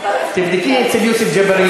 תבדקי אצל יוסף ג'בארין